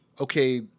okay